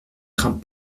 crains